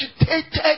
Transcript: agitated